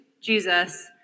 Jesus